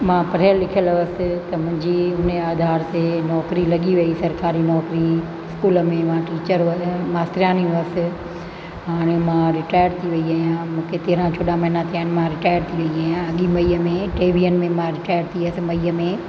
मां पढ़ियलु लिखियलु हुअसि त मुंहिंजी उनजे आधार ते नौकिरी लॻी वई सरकारी नौकिरी स्कूल में मां टीचर हुअसि मास्टारानी हुअसि हाणे मां रिटायर थी वई आहियां मूंखे तेरहं चोॾहं महीना थिया इन मां रिटायर थी वई आहियां अॻिए मई में टेवीह में मां रिटायर थी आहियां मईअ में